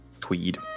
tweed